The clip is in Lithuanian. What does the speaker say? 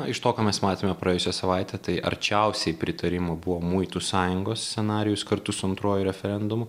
na iš to ką mes matėme praėjusią savaitę tai arčiausiai pritarimo buvo muitų sąjungos scenarijus kartu su antruoju referendumu